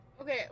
okay